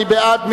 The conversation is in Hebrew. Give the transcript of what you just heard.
מי בעד?